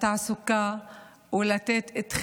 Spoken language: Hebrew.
עם עוד אתגרים כדי להשתלב בתעסוקה ולתת את חלקם,